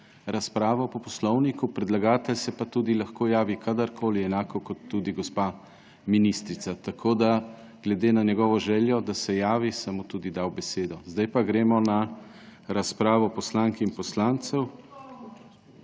razpravo po Poslovniku. Predlagatelj se pa tudi lahko javi kadarkoli, enako kot tudi gospa ministrica. Tako da glede na njegovo željo, da se javi, sem mu tudi dal besedo. Sedaj pa gremo na razpravo poslank in poslancev.